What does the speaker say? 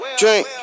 drink